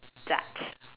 dat